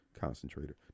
Concentrator